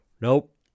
Nope